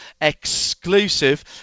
exclusive